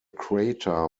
crater